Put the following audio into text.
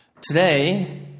Today